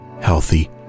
healthy